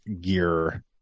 gear